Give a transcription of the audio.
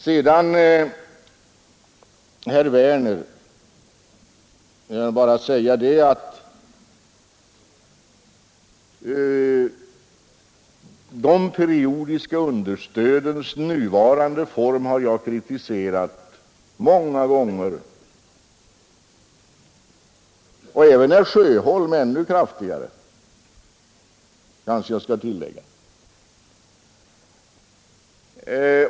Sedan vill jag säga till herr Werner i Malmö att jag många gånger har kritiserat de periodiska understödens nuvarande utformning. Det har herr Sjöholm också gjort — och ännu kraftigare, kanske jag skall tillägga.